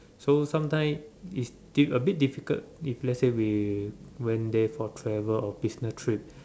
so sometimes it's dif~ a bit difficult if let's say we went there for travel or business trip